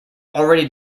already